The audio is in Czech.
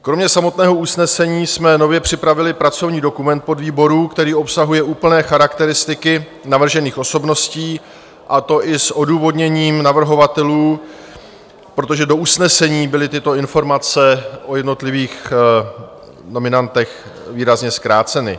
Kromě samotného usnesení jsme nově připravili pracovní dokument podvýboru, který obsahuje úplné charakteristiky navržených osobností, a to i s odůvodněním navrhovatelů, protože do usnesení byly tyto informace o jednotlivých nominantech výrazně zkráceny.